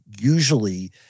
Usually